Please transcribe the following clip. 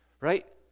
right